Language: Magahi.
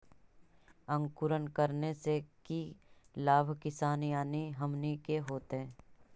अंकुरण करने से की लाभ किसान यानी हमनि के होतय?